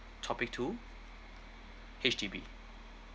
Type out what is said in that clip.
topic two H_D_B